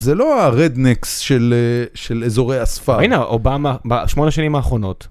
זה לא הרדנקס של אזורי הספר. -הינה, אובמה, בשמונה שנים האחרונות.